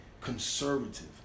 conservative